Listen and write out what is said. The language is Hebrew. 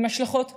עם השלכות קשות.